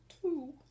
Two